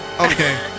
Okay